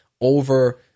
over